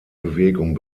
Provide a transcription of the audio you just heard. bewegung